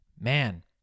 man